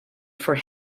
for